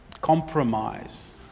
Compromise